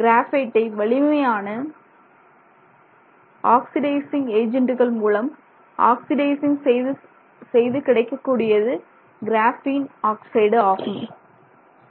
கிராபைட்டை வலிமையான ஆக்சிடைஸிங் ஏஜெண்டுகள் மூலம் ஆக்சிடைஸிங் செய்து கிடைக்கக் கூடியது கிராஃபீன் ஆக்சைடு ஆகும்